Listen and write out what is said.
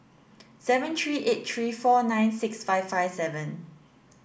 seven three eight three four nine six five five seven